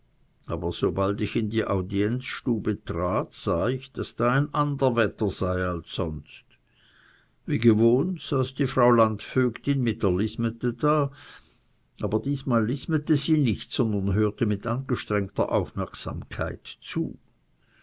aber sobald ich in die audienzstube trat sah ich daß da ander wetter sei als sonst wie gewohnt saß die frau landvögtin mit der lismete da aber diesmal lismete sie nicht sondern hörte mit angestrengter aufmerksamkeit zu